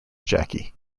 jackie